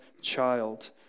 child